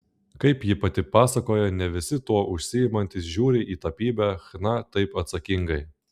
kaip ji pati pasakoja ne visi tuo užsiimantys žiūri į tapybą chna taip atsakingai